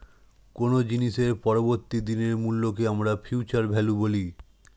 কোনো জিনিসের পরবর্তী দিনের মূল্যকে আমরা ফিউচার ভ্যালু বলি